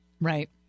Right